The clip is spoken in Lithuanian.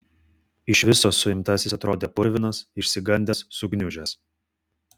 iš viso suimtasis atrodė purvinas išsigandęs sugniužęs